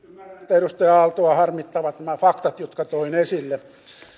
edustaja aaltoa harmittavat nämä faktat jotka toin esille